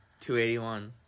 281